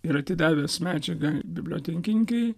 ir atidavęs medžiagą bibliotekininkei